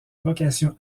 vocation